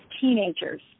teenagers